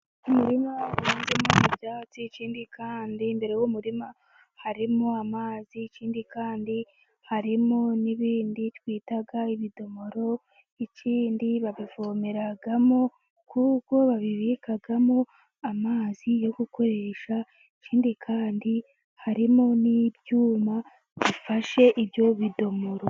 Mu murima uhinzemo ibyatsi, ikindi kandi imbere y'uwo murima harimo amazi, ikindi kandi harimo n'ibindi twita ibidomoro, ikindi babivomeramo kuko babibikamo amazi yo gukoresha, ikindi kandi harimo n'ibyuma bifashe ibyo bidomoro.